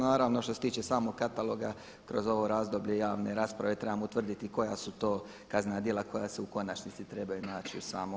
Naravno što se tiče samog kataloga kroz ovo razdoblje javne rasprave trebamo utvrditi koja su to kaznena djela koja se u konačnici trebaju naći u samom katalogu.